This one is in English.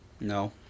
No